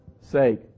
sake